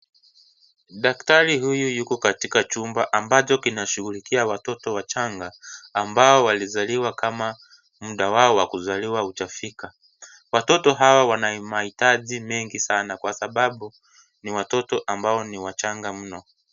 Daktari huyu yuko katika chumba ambacho kinashughulikia watoto wachanga, ambao walizaliwa kama muda wao wa kuzaliwa haujafika. Watoto hawa wana mahitaji mengi sana kwa sababu ni watoto ambao ni wachanga mno.